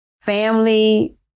family